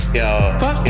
yo